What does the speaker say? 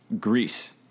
Greece